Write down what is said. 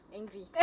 angry